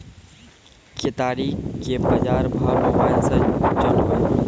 केताड़ी के बाजार भाव मोबाइल से जानवे?